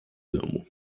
domu